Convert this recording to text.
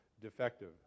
defective